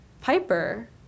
Piper